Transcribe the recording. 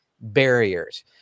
barriers